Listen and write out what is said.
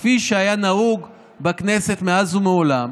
כפי שהיה נהוג בכנסת מאז ומעולם,